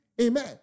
Amen